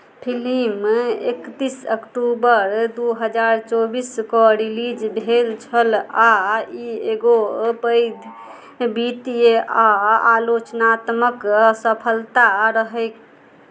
film एकतीस अक्टूबर दू हजार चौबीसकेँ रिलीज भेल छल आ ई एगो पैघ वित्तीय आ आलोचनात्मक असफलता रहैक